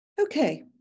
Okay